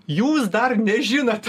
jūs dar nežinote